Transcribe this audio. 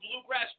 Bluegrass